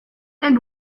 and